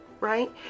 right